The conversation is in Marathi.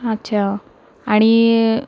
अच्छा आणि